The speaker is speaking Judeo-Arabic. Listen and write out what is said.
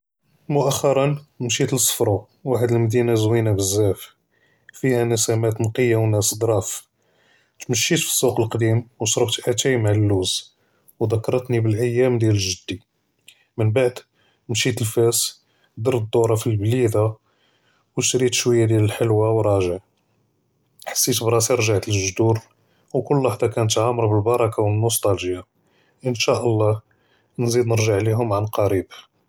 מוכראן משית לספרו ו האד מדינה זוינה בזאף פיה נוסמאט נקיה ו נאס דרף תמשית פי סוק אלקדימ ו שרט אתאי מע אללוז ו דכרתי באלייאם דיאל גדי מןבעד משית לפאס דרת דורה פי אלבלידה ו שרית שוייה דיאל אלחלווה ו ראג'ע חסת בראסי רגעת לגדור ו קול לחזה הייתה עמירה בילברקה ו אלנוסטלגיה אינשאללה נגיד נג'ע להם על קריב.